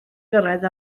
gyrraedd